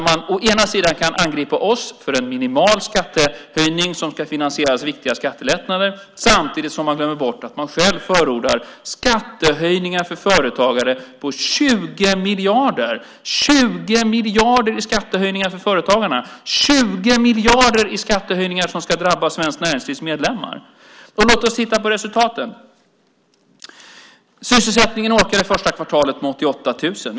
Å ena sidan angriper man oss för en minimal skattehöjning som ska finansiera viktiga skattelättnader och å andra sidan glömmer bort att man själv förordar skattehöjningar för företagare på 20 miljarder, 20 miljarder i skattehöjningar som ska drabba Svenskt Näringslivs medlemmar. Låt oss titta på resultaten. Sysselsättningen ökade första kvartalet med 88 000.